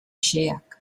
xeheak